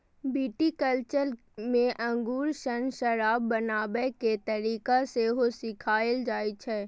viticulture मे अंगूर सं शराब बनाबै के तरीका सेहो सिखाएल जाइ छै